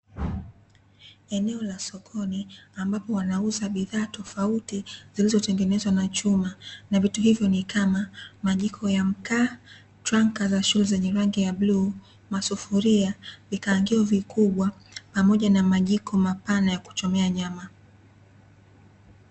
Eneo la sokoni ambapo wanauza bidhaa tofauti zilizotengenezwa na chuma, na vitu hivyo ni kama; majiko ya mkaa, tranka za shule zenye rangi ya bluu, masufuria, vikaangio vikubwa pamoja na majiko mapana ya kuchomea nyama.